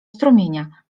strumienia